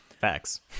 Facts